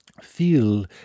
Feel